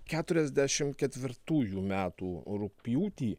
keturiasdešim ketvirtųjų metų rugpjūtį